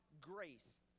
grace